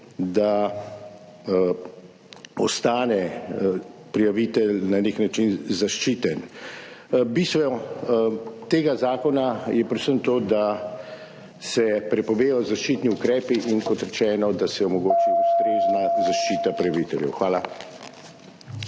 da ostane prijavitelj na nek način zaščiten. Bistvo tega zakona je predvsem to, da se prepovedo zaščitni ukrepi, in kot rečeno, da se omogoči ustrezna zaščita prijaviteljev. Hvala.